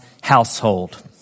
household